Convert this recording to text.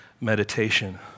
meditation